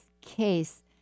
case